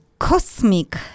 cosmic